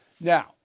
Now